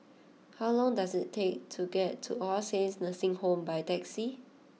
how long does it take to get to All Saints Nursing Home by taxi